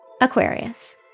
Aquarius